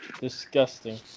disgusting